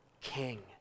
king